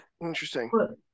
Interesting